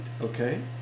Okay